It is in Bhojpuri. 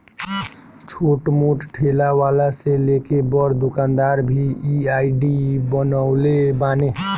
छोट मोट ठेला वाला से लेके बड़ दुकानदार भी इ आई.डी बनवले बाने